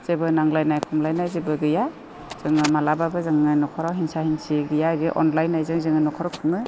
जेबो नांलायनाय खमलायनाय जेबो गैया जोङो मालाबाबो जोंनि न'खराव हिंसा हिंसि गैया बे अनलायनायजों जोङो न'खर खुङो